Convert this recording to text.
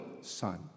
son